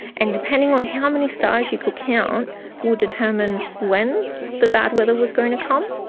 and depending on how many stars you could count will determine when the bad weather was going to come.